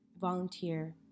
volunteer